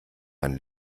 ein